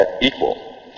equal